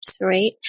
right